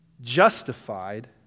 justified